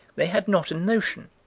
they had not a notion,